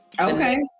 Okay